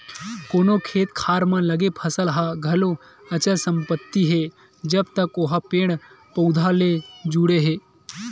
कोनो खेत खार म लगे फसल ह घलो अचल संपत्ति हे जब तक ओहा पेड़ पउधा ले जुड़े हे